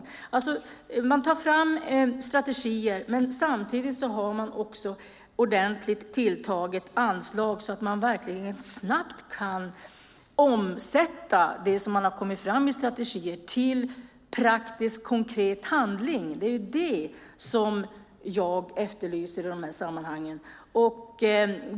Samtidigt som man tar fram strategier ska man också ha ett ordentligt tilltaget anslag så att man verkligen snabbt kan omsätta det som har kommit fram i strategierna till praktisk, konkret handling. Det är det som jag efterlyser i de här sammanhangen.